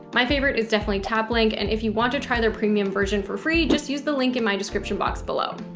my favorite is definitely taplink. and if you want to try their premium version for free, just use the link in my description box below.